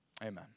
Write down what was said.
amen